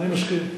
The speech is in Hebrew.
אני מסכים.